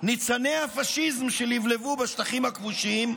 ניצני הפשיזם שלבלבו בשטחים הכבושים,